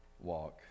walk